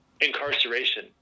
incarceration